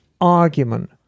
argument